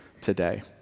today